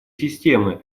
системы